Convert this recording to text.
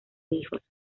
hijos